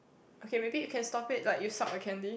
okay maybe you can stop it like you stop a candy